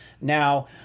Now